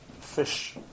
fish